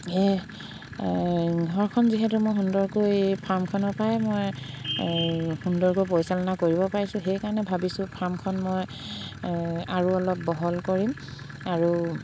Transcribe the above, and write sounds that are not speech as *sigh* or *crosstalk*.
*unintelligible* ঘৰখন যিহেতু মই সুন্দৰকৈ ফাৰ্মখনৰ পৰাই মই সুন্দৰকৈ পৰিচালনা কৰিব পাৰিছোঁ সেইকাৰণে ভাবিছোঁ ফাৰ্মখন মই আৰু অলপ বহল কৰিম আৰু